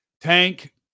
Tank